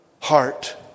heart